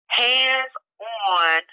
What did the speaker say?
hands-on